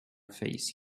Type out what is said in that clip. face